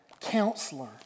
counselor